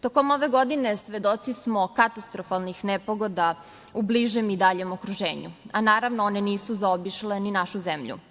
Tokom ove godine svedoci smo katastrofalnih nepogoda u bližem i daljem okruženju, a naravno one nisu zaobišle ni našu zemlju.